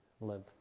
live